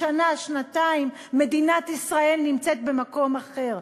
שנה-שנתיים מדינת ישראל נמצאת במקום אחר.